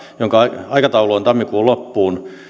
jonka aikataulu on tammikuun loppuun